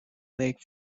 awake